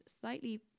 slightly